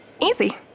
Easy